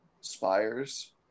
spires